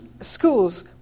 schools